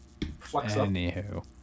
Anywho